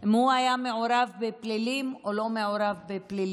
אם הוא היה מעורב בפלילים או לא מעורב בפלילים.